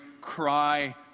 cry